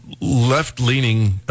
left-leaning